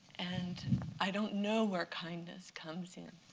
and i don't know where kindness comes in.